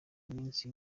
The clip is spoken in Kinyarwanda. iminsi